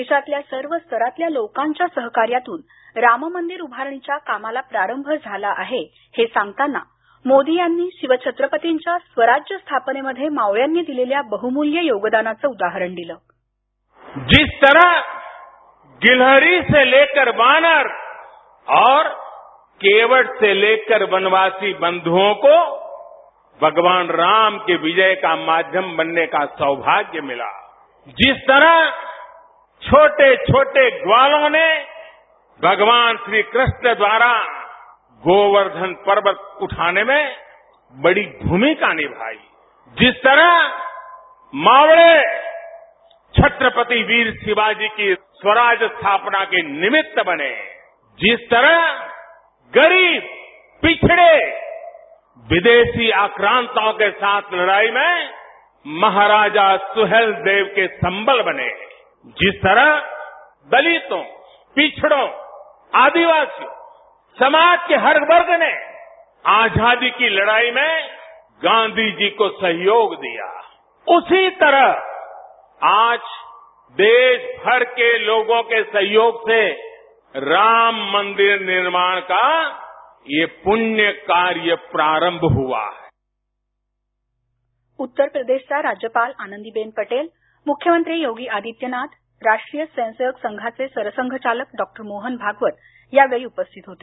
देशातल्या सर्व स्तरातल्या लोकांच्या सहकार्यातून राम मंदिर उभारणीच्या कामाला प्रारंभ झाला आहे हे सांगताना मोदी यांनी शिवछत्रपतींच्या स्वराज्य स्थापनेमध्ये मावळ्यांनी दिलेल्या बहुमूल्य योगदानाचं उदाहरण दिलं ध्वनी जिस तरह गिलहरी से लेकर वानर और केवट से लेकर वनवासी बन्धुओ को भगवान राम के विजय का माध्यम बनने का सौभाग्य मिला जिस तरह छोटे छोटे ग्वालो ने भगवान श्री कृष्ण द्वारा गोवर्धन पर्वत उठाने में बडी भूमिका निभाई जिस तरह मावळे छत्रपती वीर शिवाजी के स्वराज स्थापना के निमित्त बने जिस तरह गरीब पिछडे विदेशी आक्रांताओंके साथ लडाई में महाराजा सुहेल देव के संभल बने जिस तरह दालीतो पिछडो आदिवासियो समाज के हर वर्ग ने आझादी की लडाई में गांधीजी को सहयोग दिया उसी तरह आज देशभर के लोगों के सहयोग से राम मंदिर निर्माण का यह पुण्य कार्य प्रारम्भ हुआ है उत्तर प्रदेशच्या राज्यपाल आनंदीबेन पटेल मुख्यमंत्री योगी आदित्यनाथ राष्ट्रीय स्वयंसेवक संघाचे सरसंघचालक डॉक्टर मोहन भागवत यावेळी उपस्थित होते